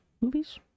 movies